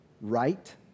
right